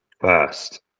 first